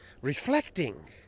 Reflecting